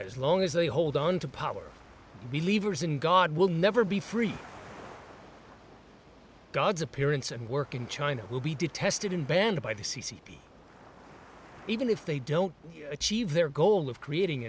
as long as they hold on to power believes in god will never be free god's appearance and work in china will be detested in band by the c c p even if they don't achieve their goal of creating